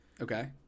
okay